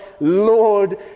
Lord